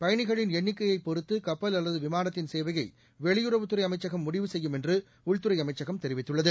பயணிகளின் எண்ணிக்கையைபொறுத்துகப்பல் அல்லதுவிமானத்தின் சேவையைவெளியுறவுத்துறைஅமைச்சகம் முடிவு செய்யும் என்றுஉள்துறைஅமைச்சகம் தெரிவித்துள்ளது